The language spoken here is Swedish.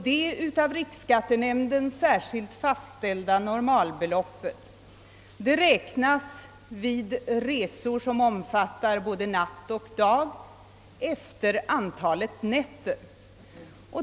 Detta av riksskattenämnden särskilt fastställda normalbelopp beräknas vid resor, som omfattar både natt och dag, efter antalet nätter.